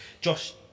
Josh